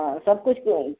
हाँ सब कुछ के